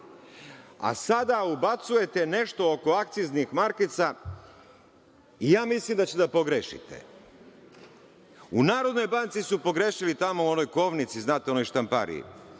Sada ubacujete nešto oko akciznih markica i ja mislim da ćete da pogrešite. U Narodnoj banci su pogrešili, tamo u onoj kovnici, znate, u onoj štampariji,